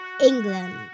England